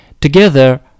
Together